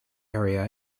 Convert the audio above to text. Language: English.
area